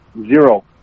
Zero